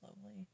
slowly